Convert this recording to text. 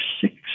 six